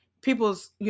People's